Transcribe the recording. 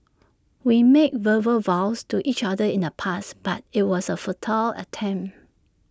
we made verbal vows to each other in the past but IT was A futile attempt